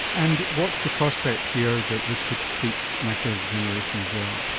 and what's the prospect here that this could treat macular degeneration as well?